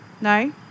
No